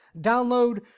download